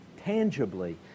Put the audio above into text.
tangibly